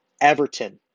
Everton